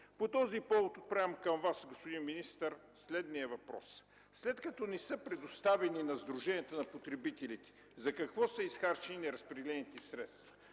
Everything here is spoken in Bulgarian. по този повод отправям към Вас следния въпрос: след като не са предоставени на сдруженията на потребителите, за какво са изхарчени разпределените средства?